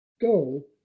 go